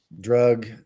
drug